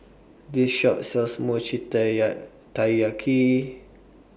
This Shop sells Mochi Taiyaki